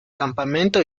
campamento